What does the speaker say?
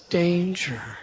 danger